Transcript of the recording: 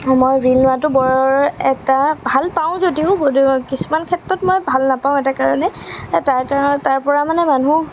মই ঋণ লোৱাটো বৰ এটা ভালপাওঁ যদিও কিছুমান ক্ষেত্ৰত মই ভাল নাপাওঁ এটা কাৰণে তাৰ কাৰণে তাৰপৰা মানে মানুহ